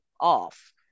off